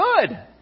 Good